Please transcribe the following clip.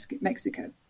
Mexico